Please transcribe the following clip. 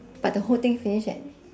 but the whole thing finish at